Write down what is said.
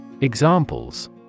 Examples